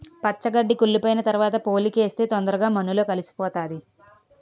పచ్చి గడ్డి కుళ్లిపోయిన తరవాత పోలికేస్తే తొందరగా మన్నులో కలిసిపోతాది